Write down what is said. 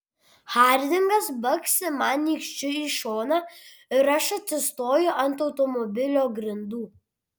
hardingas baksi man nykščiu į šoną ir aš atsistoju ant automobilio grindų